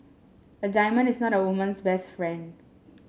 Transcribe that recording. a diamond is not a woman's best friend